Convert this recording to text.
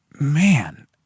man